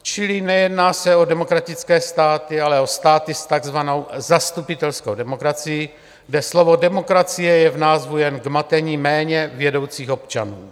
Čili nejedná se o demokratické státy, ale o státy s takzvanou zastupitelskou demokracií, kde slovo demokracie je v názvu jen k matení méně vědoucích občanů.